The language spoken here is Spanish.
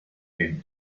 bien